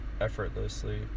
effortlessly